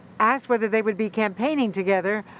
asked whether they would be campaigning together,